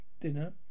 dinner